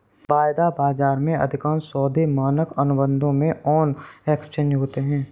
वायदा बाजार में, अधिकांश सौदे मानक अनुबंधों में ऑन एक्सचेंज होते हैं